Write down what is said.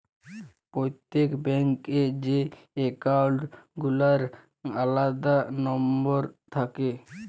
প্রত্যেক ব্যাঙ্ক এ যে একাউল্ট গুলার আলাদা লম্বর থাক্যে